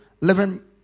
Living